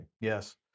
Yes